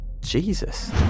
jesus